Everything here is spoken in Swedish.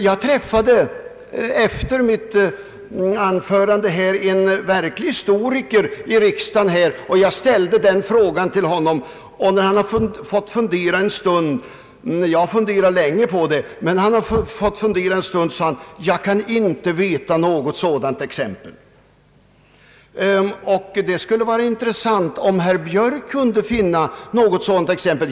Jag träffade efter mitt anförande här en verklig historiker i riksdagen och frågade honom om detta. Jag har själv funderat länge på den här saken, men när han fått fundera en stund sade han: »Jag känner inte till något sådant exempel.» Det skulle vara intressant om herr Björk kunde finna något exempel.